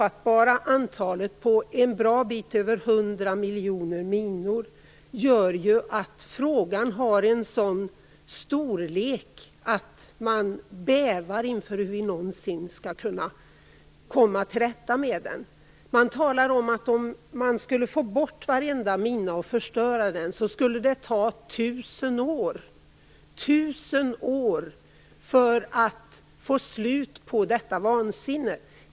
Att antalet är så ofattbart gör ju att frågan har en sådan storlek att man bävar inför hur vi någonsin skall kunna komma till rätta med problemet. Det sägs att om man skulle ta bort och förstöra varenda mina skulle det ta tusen år - tusen år för att få slut på detta vansinne.